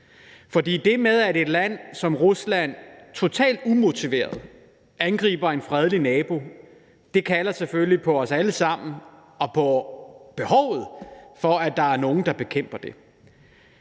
For det med, at et land som Rusland totalt umotiveret angriber en fredelig nabo, kalder selvfølgelig på os alle sammen – på behovet for, at der er nogen, der bekæmper det.